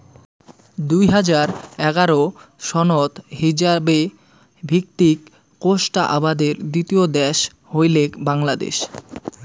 দুই হাজার এগারো সনত হিছাবে ভিত্তিক কোষ্টা আবাদের দ্বিতীয় দ্যাশ হইলেক বাংলাদ্যাশ